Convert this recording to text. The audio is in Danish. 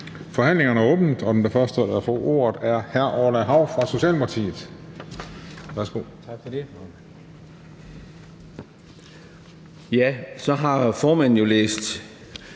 Forhandlingen er åbnet, og den første, der får ordet, er hr. Orla Hav fra Socialdemokratiet. Værsgo. Kl. 15:29 (Ordfører) Orla